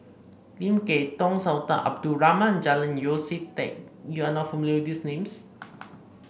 Lim Kay Tong Sultan Abdul Rahman and Julian Yeo See Teck you are not familiar with these names